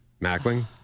mackling